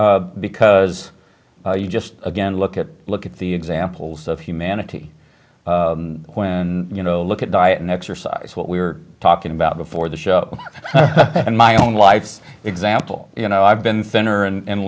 because you just again look at look at the examples of humanity when you know look at diet and exercise what we were talking about before the show and my own life example you know i've been